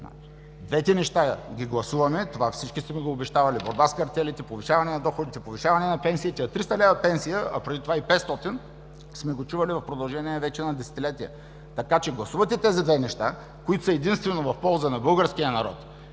двете неща, това всички сте го обещавали – борба с картелите, повишаване на доходите, повишаване на пенсиите, 300 лв. пенсия, а преди това и 500 лв., сме го чували в продължение вече на десетилетия. Така че гласувате тези две неща, които са единствено в полза на българския народ